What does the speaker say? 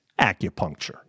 acupuncture